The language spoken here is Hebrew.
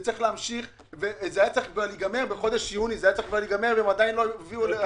זה היה צריך להיגמר כבר בחודש יוני והם עדיין לא הגיעו אפילו לחצי.